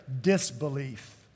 disbelief